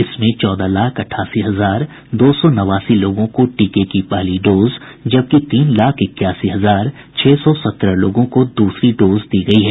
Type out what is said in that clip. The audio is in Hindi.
इसमें चौदह लाख अठासी हजार दो सौ नवासी लोगों को टीके की पहली डोज जबकि तीन लाख इक्यासी हजार छह सौ सत्रह लोगों को दूसरी डोज दी गयी है